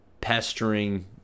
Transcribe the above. pestering